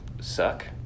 suck